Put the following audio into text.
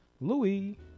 Louis